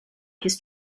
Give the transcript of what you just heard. his